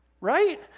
Right